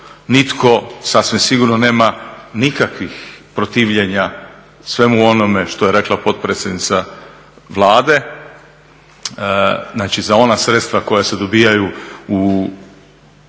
Nitko sasvim sigurno nema nikakvih protivljenja svemu onome što je rekla potpredsjednica Vlade, znači za ona sredstva koja se dobivaju